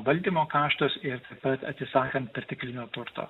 valdymo kaštus ir tada atsisakant perteklinio turto